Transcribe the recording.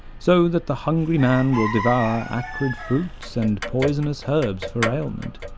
so that the hungry man will devour acrid fruits and poisonous herbs for aliment,